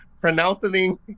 Pronouncing